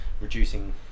reducing